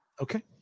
Okay